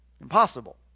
Impossible